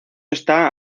está